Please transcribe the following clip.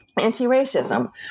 Anti-racism